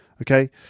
Okay